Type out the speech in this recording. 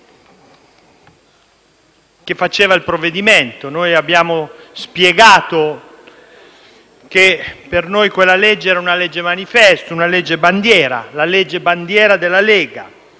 che caratterizzava il provvedimento. Noi abbiamo spiegato che per noi quella era una legge manifesto, una legge bandiera, la legge bandiera della Lega